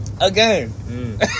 Again